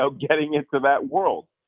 so getting into that world,